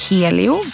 Helio